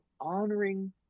honoring